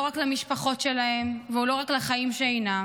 רק למשפחות שלהם והוא לא רק לחיים שאינם,